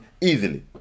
easily